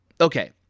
okay